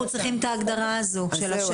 את ההגדרה הזאת של השטח?